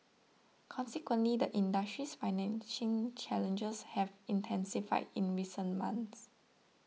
consequently the industry's financing challenges have intensified in recent months